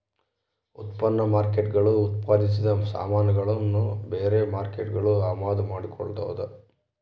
ಉತ್ಪನ್ನ ಮಾರ್ಕೇಟ್ಗುಳು ಉತ್ಪಾದಿಸಿದ ಸಾಮಾನುಗುಳ್ನ ಬೇರೆ ಮಾರ್ಕೇಟ್ಗುಳು ಅಮಾದು ಮಾಡಿಕೊಳ್ತದ